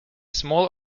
small